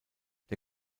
der